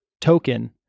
token